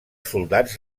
soldats